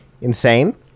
insane